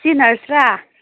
ꯁꯤ ꯅꯔꯁꯔꯥ